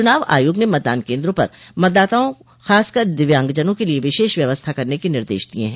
चुनाव आयोग ने मतदान केन्द्रों पर मतदाताओं खासकर दिव्यांगजनों के लिये विशेष व्यवस्था करने के निर्देश दिये हैं